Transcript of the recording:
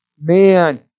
man